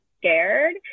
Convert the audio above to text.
scared